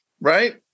right